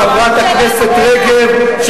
חברת הכנסת רגב,